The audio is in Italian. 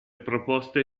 proposte